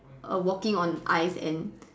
err walking on ice and